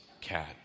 cat